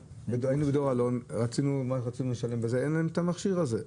ב"דור אלון" ורצינו לשלם בזה ואין להם את המכשיר הזה,